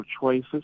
choices